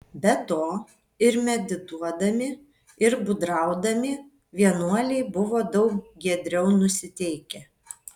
be to ir medituodami ir būdraudami vienuoliai buvo daug giedriau nusiteikę